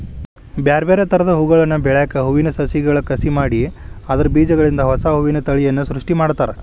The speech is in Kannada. ಬ್ಯಾರ್ಬ್ಯಾರೇ ತರದ ಹೂಗಳನ್ನ ಬೆಳ್ಯಾಕ ಹೂವಿನ ಸಸಿಗಳ ಕಸಿ ಮಾಡಿ ಅದ್ರ ಬೇಜಗಳಿಂದ ಹೊಸಾ ಹೂವಿನ ತಳಿಯನ್ನ ಸೃಷ್ಟಿ ಮಾಡ್ತಾರ